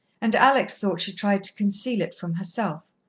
and alex thought she tried to conceal it from herself.